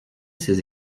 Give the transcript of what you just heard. ses